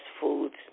foods